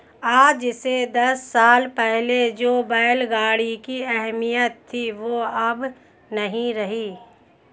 आज से दस साल पहले जो बैल गाड़ी की अहमियत थी वो अब नही रही